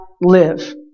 live